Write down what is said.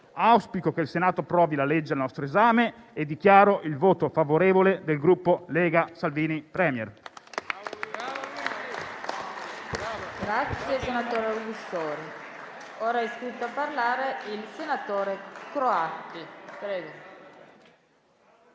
auspico che il Senato approvi il disegno di legge in esame e dichiaro il voto favorevole del Gruppo Lega-Salvini Premier.